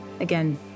again